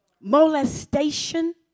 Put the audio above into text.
Molestation